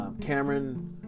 Cameron